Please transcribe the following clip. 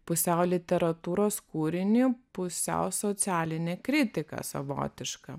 pusiau literatūros kūrinį pusiau socialinę kritiką savotišką